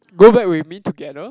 go back with me together